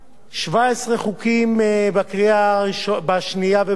17 חוקים בקריאה שנייה ושלישית,